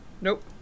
Nope